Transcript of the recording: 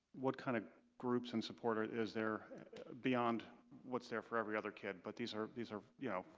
what kind of groups and supporter is there beyond what's there for every other kid? but these are these are you know,